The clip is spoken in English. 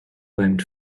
blamed